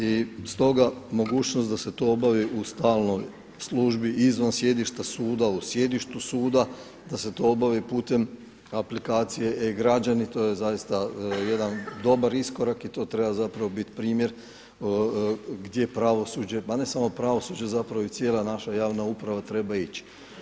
I stoga mogućnost da se to obavi u stalnoj službi izvan sjedišta suda, u sjedištu suda da se to obavi putem aplikacije e-Građani to je zaista jedan dobar iskorak i to treba biti primjer gdje pravosuđe, pa ne samo pravosuđe zapravo i cijela naša javna uprava treba ići.